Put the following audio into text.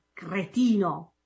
Cretino